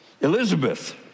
Elizabeth